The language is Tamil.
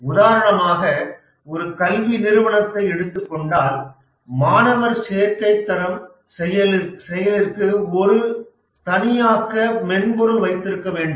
உதாரணமாக ஒரு கல்வி நிறுவனத்தை எடுத்துக்கொண்டால் மாணவர் சேர்க்கை தரம் செயலிற்கு ஒரு தானியக்க மென்பொருள் வைத்திருக்க வேண்டும்